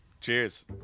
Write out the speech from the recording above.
cheers